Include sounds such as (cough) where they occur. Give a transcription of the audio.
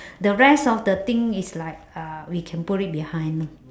(breath) the rest of the thing is like uh we can put it behind